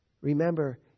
Remember